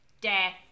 death